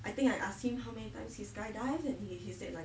I think I ask him how many times he skydive and he he said like